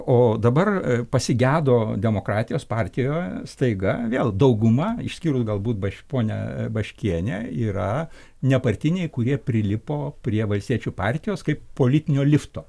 o dabar pasigedo demokratijos partijoje staiga vėl dauguma išskyrus galbūt baš ponią baškienę yra nepartiniai kurie prilipo prie valstiečių partijos kaip politinio lifto